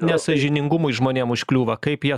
nesąžiningumui žmonėm užkliūva kaip ją